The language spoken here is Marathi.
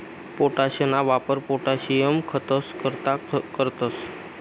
पोटाशना वापर पोटाशियम खतंस करता करतंस